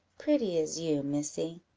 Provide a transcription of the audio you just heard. pretty as you, missy.